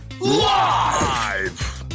live